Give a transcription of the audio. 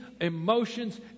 emotions